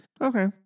okay